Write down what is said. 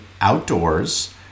outdoors